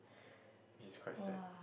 which is quite sad